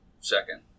second